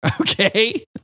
Okay